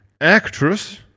actress